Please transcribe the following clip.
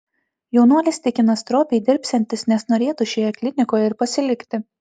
jaunuolis tikina stropiai dirbsiantis nes norėtų šioje klinikoje ir pasilikti